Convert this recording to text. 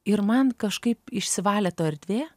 ir man kažkaip išsivalė to erdvė